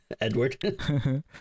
Edward